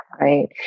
Right